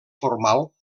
formal